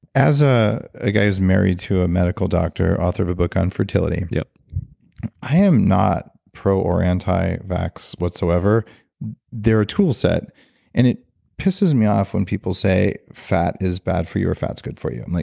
as a a guy who's married to a medical doctor, author of a book on fertility, yeah i am not pro or anti-vax whatsoever they're a tool set and it pisses me off when people say fat is bad for you or fat's good for you. i'm like,